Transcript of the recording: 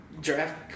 draft